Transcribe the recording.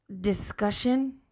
discussion